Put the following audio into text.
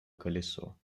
колесо